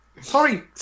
Sorry